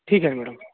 ठीक आहे मॅडम